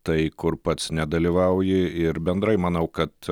tai kur pats nedalyvauji ir bendrai manau kad